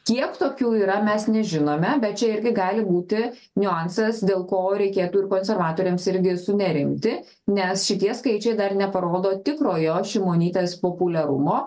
kiek tokių yra mes nežinome bet čia irgi gali būti niuansas dėl ko reikėtų ir konservatoriams irgi sunerimti nes šitie skaičiai dar neparodo tikrojo šimonytės populiarumo